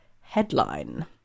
headline